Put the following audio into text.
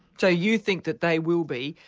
so you think that they will be,